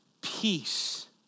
peace